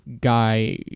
guy